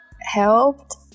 helped